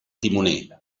timoner